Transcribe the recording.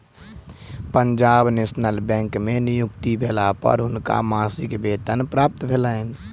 Punjab national bank में नियुक्ति भेला पर हुनका मासिक वेतन प्राप्त भेलैन